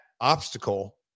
obstacle